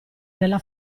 nella